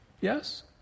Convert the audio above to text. Yes